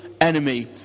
enemy